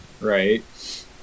right